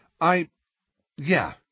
I—yeah